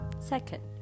Second